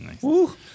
Woo